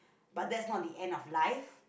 but that's not the end of life